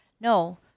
No